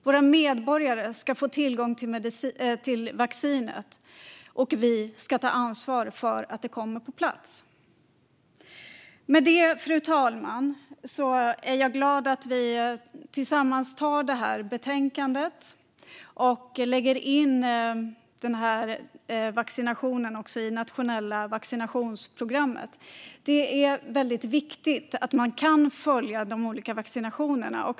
Våra medborgare ska få tillgång till vaccinet, och vi ska ta ansvar för att det kommer på plats. Jag är glad över att vi tillsammans kommer att anta förslaget i betänkandet och att vaccinationen läggs in i det nationella vaccinationsprogrammet. Det är väldigt viktigt att man kan följa de olika vaccinationerna.